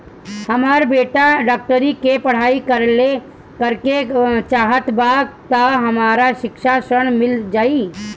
हमर बेटा डाक्टरी के पढ़ाई करेके चाहत बा त हमरा शिक्षा ऋण मिल जाई?